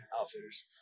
outfitters